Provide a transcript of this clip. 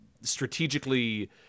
strategically